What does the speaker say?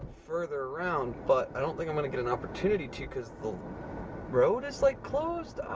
further around but i don't think i'm gonna get an opportunity to cause the road is like closed.